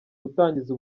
gutangiza